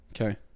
Okay